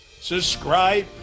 Subscribe